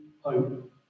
hope